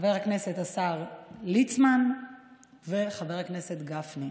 חבר הכנסת השר ליצמן וחבר הכנסת גפני.